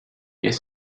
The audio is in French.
est